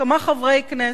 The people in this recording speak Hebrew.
כמה חברי כנסת,